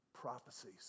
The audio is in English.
prophecies